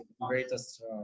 greatest